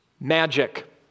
magic